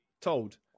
told